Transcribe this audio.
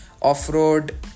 off-road